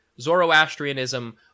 Zoroastrianism